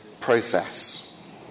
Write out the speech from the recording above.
process